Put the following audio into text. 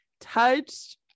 touched